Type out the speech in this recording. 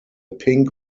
pink